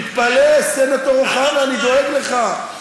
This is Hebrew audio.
תתפלא, סנטור אוחנה, אני דואג לך.